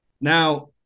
Now